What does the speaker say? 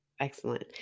Excellent